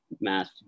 math